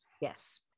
Yes